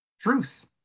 truth